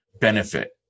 benefit